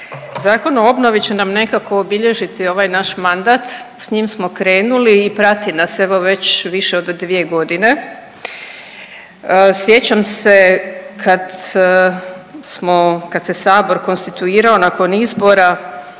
Zakon o obnovi će nam nekako obilježiti ovaj naš mandat, s njim smo krenuli i prati nas, evo već više od 2 godine. Sjećam se kad smo, sad se Sabor konstituirao nakon izbora,